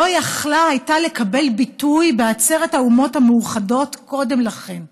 לא הייתה יכולה לקבל ביטוי בעצרת האומות המאוחדות קודם לכן?